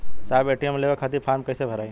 साहब ए.टी.एम लेवे खतीं फॉर्म कइसे भराई?